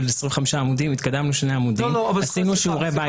25 עמודים התקדמנו שני עמודים ועשינו שיעורי בית.